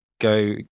go